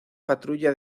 patrulla